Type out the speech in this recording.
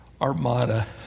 Armada